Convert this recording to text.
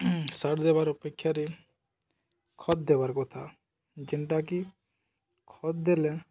short ଦେବାର୍ ଅପେକ୍ଷାରେ ଖତ ଦେବାର୍ କଥା ଯେନ୍ଟାକି ଖତ ଦେଲେ